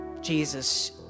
Jesus